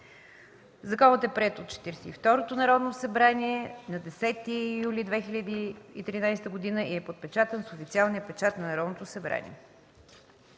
Решението е прието от 42-то Народно събрание на 10 юли 2013 г. и е подпечатано с официалния печат на Народното събрание.”